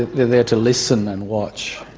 they're there to listen and watch.